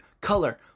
color